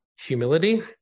humility